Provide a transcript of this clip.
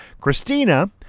Christina